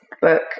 book